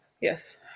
Yes